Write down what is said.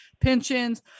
pensions